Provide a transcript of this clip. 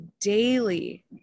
daily